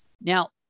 Now